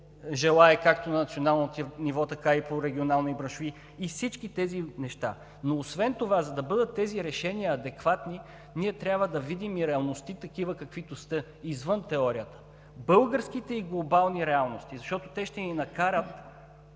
желае както на национално ниво, така и по регионални, и браншови, и всички тези неща. Освен това, за да бъдат тези решения адекватни, ние трябва да видим и реалностите такива, каквито са извън теорията – българските и глобалните реалности, защото те ще ни накарат